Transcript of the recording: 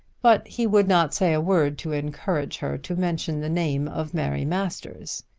but he would not say a word to encourage her to mention the name of mary masters.